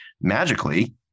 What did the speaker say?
magically